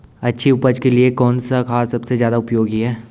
अच्छी उपज के लिए कौन सा खाद सबसे ज़्यादा उपयोगी है?